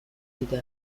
دیده